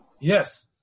Yes